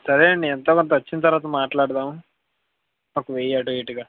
సరే అండి ఎంతోకొంత వచ్చిన తర్వాత మాట్లాడదాం ఒక వెయ్యి అటో ఇటుగా